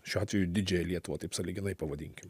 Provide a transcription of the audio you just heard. šiuo atveju didžiąją lietuvą taip sąlyginai pavadinkim